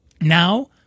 Now